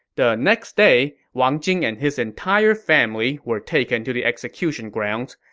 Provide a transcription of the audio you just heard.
the next day, wang jing and his entire family were taken to the execution grounds.